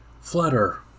Flutter